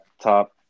top